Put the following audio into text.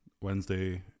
Wednesday